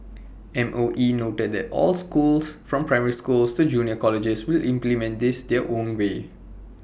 M O E noted that all schools from primary schools to junior colleges will implement this their own way